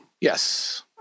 Yes